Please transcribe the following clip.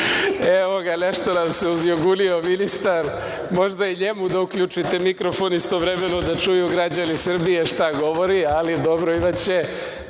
evo ga, nešto nam se uzjogunio ministar. Možda i njemu da uključite mikrofon istovremeno da čuju građani Srbije šta govori, ali dobro imaće